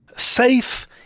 safe